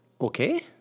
okay